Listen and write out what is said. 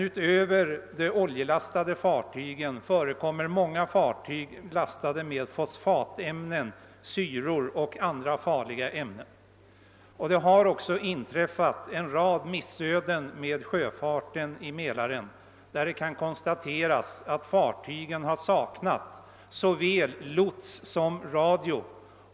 Utöver de oljelastade fartygen förekommer många fartyg lastade med fosfatämnen, syror och andra farliga ämnen. En rad missöden i sjöfarten på Mälaren har också inträffat, och i samband därmed har konstaterats att fartyg saknat såväl lots som radio.